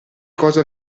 cosa